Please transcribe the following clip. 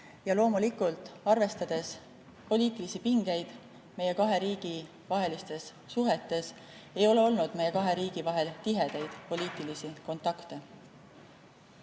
Ja loomulikult, arvestades poliitilisi pingeid meie kahe riigi vahelistes suhetes, ei ole olnud meie riikide vahel tihedaid poliitilisi kontakte.